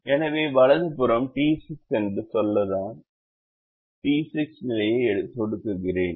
எனவே வலது புறம் டி 6 என்று சொல்ல நான் டி 6 நிலையை சொடுக்கிறேன்